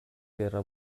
gerra